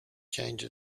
change